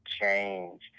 change